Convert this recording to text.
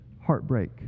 heartbreak